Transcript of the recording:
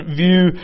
view